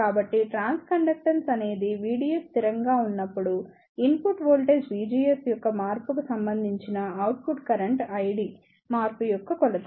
కాబట్టి ట్రాన్స్కండక్టెన్స్ అనేది VDS స్థిరంగా ఉన్నప్పుడు ఇన్పుట్ వోల్టేజ్ VGS యొక్క మార్పుకు సంబంధించిన అవుట్పుట్ కరెంట్ ID మార్పు యొక్క కొలత